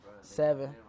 Seven